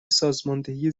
سازماندهی